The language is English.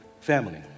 family